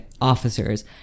officers